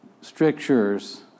strictures